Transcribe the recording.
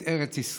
את ארץ ישראל.